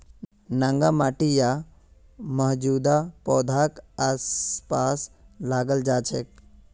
नंगा माटी या मौजूदा पौधाक आसपास लगाल जा छेक